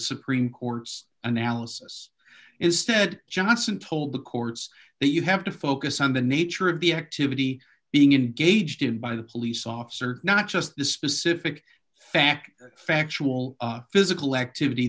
supreme court's analysis is ted johnson told the courts that you have to focus on the nature of the activity being in gauged by the police officer not just the specific fact factual physical activity